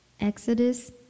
Exodus